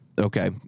Okay